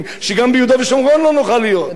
שגם ביהודה ושומרון לא נוכל להיות.